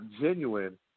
genuine